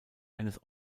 eines